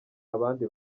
abandi